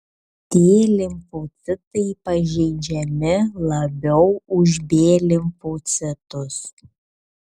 t limfocitai pažeidžiami labiau už b limfocitus